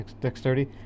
dexterity